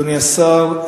אדוני השר,